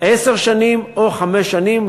עשר שנים או חמש שנים,